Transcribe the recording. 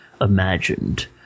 imagined